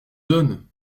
donne